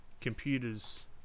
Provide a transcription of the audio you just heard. computers